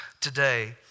today